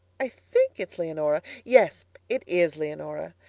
i think it's leonora. yes, it is leonora.